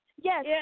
Yes